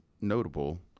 notable